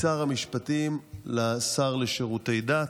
משר המשפטים לשר לשירותי דת.